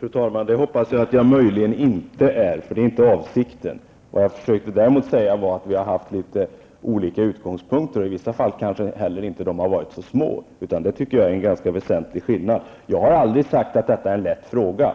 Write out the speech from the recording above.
Fru talman! Det hoppas jag att jag möjligen inte är, eftersom det inte är min avsikt. Vad jag däremot försökte säga var att vi haft litet olika utgångspunkter, och i vissa fall har skillnaderna kanske inte varit så små. Det tycker jag är en ganska väsentlig skillnad. Jag har aldrig sagt att detta är en lätt fråga.